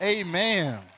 Amen